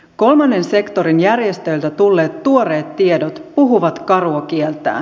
kolmannen sektorin järjestöiltä tulleet tuoreet tiedot puhuvat karua kieltään